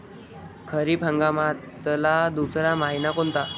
खरीप हंगामातला दुसरा मइना कोनता?